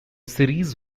series